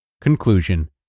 Conclusion